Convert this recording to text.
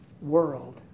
world